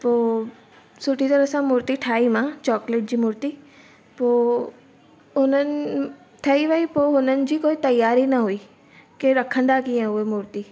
पोइ सुठी तराह सां मूर्ती ठाही मां चॉकलेट जी मूर्ती पोइ उन्हनि ठही वही पोइ हुननि जी कोई तयारी न हुई के रखंदा कीअं उहे मूर्ती